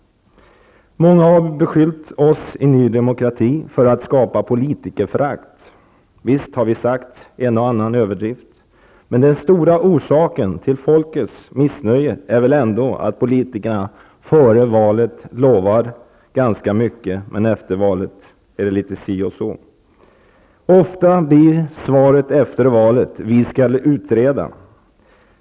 Många har beskyllt oss i nydemokrati för att skapa politikerförakt. Visst har vi sagt en och annan överdrift, men den stora orsaken till folkets missnöje är väl ändå att politikerna före valet lovar ganska mycket men efter valet är det litet si och så. Ofta blir svaret efter valet: ''Vi skall utreda!''